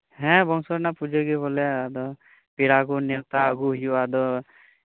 ᱦᱮᱸ ᱜᱚᱝᱠᱮ ᱚᱱᱟ ᱯᱩᱡᱟᱹ ᱜᱮ ᱵᱚᱞᱮ ᱯᱮᱲᱟ ᱠᱚ ᱱᱮᱶᱛᱟ ᱟᱹᱜᱩ ᱦᱩᱭᱩᱜᱼᱟ ᱟᱫᱚ